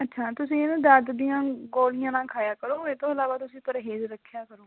ਅੱਛਾ ਤੁਸੀਂ ਇਹ ਨਾ ਦਰਦ ਦੀਆਂ ਗੋਲੀਆਂ ਨਾ ਖਾਇਆ ਕਰੋ ਇਹ ਤੋਂ ਇਲਾਵਾ ਤੁਸੀਂ ਪਰਹੇਜ਼ ਰੱਖਿਆ ਕਰੋ